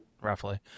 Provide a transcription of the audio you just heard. roughly